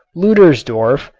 ludersdorf,